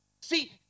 See